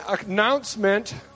announcement